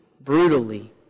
brutally